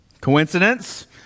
Coincidence